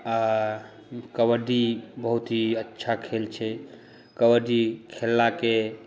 कबड्डी बहुत ही अच्छा खेल छै कबड्डी खेललाके